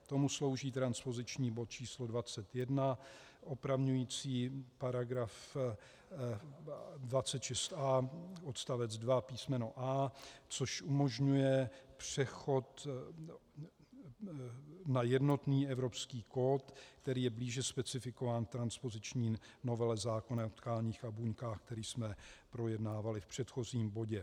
K tomu slouží transpoziční bod č. 21 opravující § 26a v odst. 2 písmeno a), což umožňuje přechod na jednotný evropský kód, který je blíže specifikován v transpoziční novele zákona o tkáních a buňkách, který jsme projednávali v předchozím bodě.